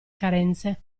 carenze